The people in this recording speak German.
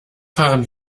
fahren